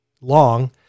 long